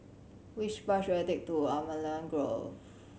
which bus should I take to Allamanda Grove